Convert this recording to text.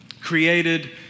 created